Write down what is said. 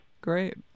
Great